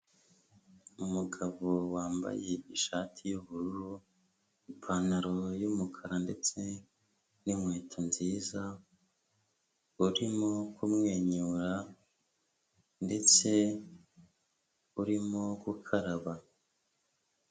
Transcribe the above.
Umugabo wambaye ishati y'ubururu, ipantaro y'umukara ndetse n'inkweto nziza, urimo kumwenyura ndetse urimo gukaraba.